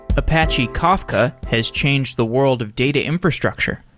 apache kafka has changed the world of data infrastructure,